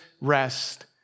rest